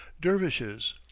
dervishes